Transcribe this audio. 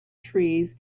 trees